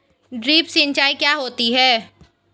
Drip सिंचाई क्या होती हैं?